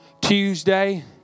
Tuesday